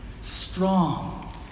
strong